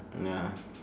ya